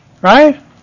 Right